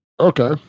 Okay